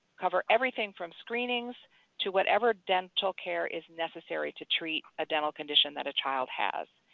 cover everything from screenings to whatever dental care is necessary to treat a dental condition that a child has.